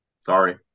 sorry